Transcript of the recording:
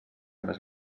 més